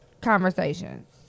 conversations